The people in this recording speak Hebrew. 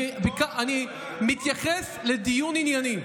אני מתייחס לדיון ענייני.